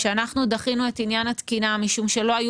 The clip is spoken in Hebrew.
אנחנו דחינו את עניין התקינה משום שלא היו